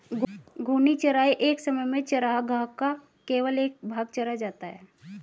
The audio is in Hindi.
घूर्णी चराई एक समय में चरागाह का केवल एक भाग चरा जाता है